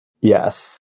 Yes